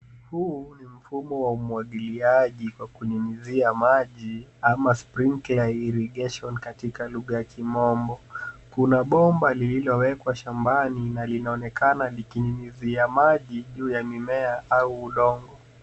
Huu ni mfumo wa umwagiliaji wa kunyunyisia maji ama sprinkler irrigation katika lugha ya kimombo, kuna pomba lililowekwa shambani na linaonekana likinyunyisia maji jua ya mimea au udongo.